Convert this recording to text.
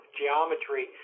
geometry